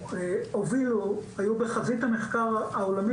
של החינוך החרדי,